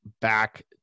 back